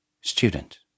Student